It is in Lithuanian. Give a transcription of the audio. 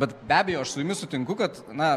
bet be abejo aš su jumis sutinku kad na